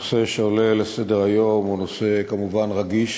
הנושא שעולה לסדר-היום הוא נושא כמובן רגיש,